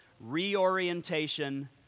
reorientation